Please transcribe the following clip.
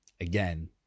Again